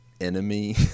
enemy